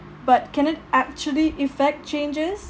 but can it actually effect changes